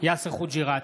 יאסר חוג'יראת,